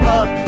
up